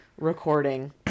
recording